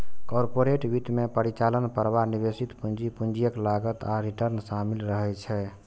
corporate वित्त मे परिचालन प्रवाह, निवेशित पूंजी, पूंजीक लागत आ रिटर्न शामिल रहै छै